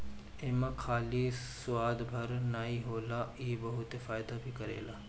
एमे खाली स्वाद भर नाइ होला इ बहुते फायदा भी करेला